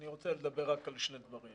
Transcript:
אני רוצה לדבר רק על שני דברים,